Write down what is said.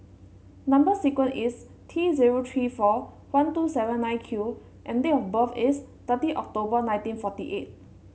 number sequence is T zero three four one two seven nine Q and date of birth is thirty October nineteen forty eight